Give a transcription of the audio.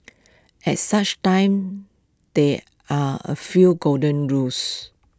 at such times there are A few golden rules